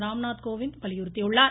ராம்நாத் கோவிந்த் வலியுறுத்தியுள்ளார்